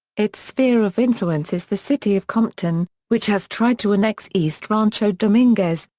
its sphere of influence is the city of compton, which has tried to annex east rancho dominguez,